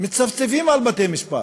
מצפצפים על בתי-המשפט.